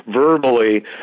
verbally